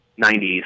90s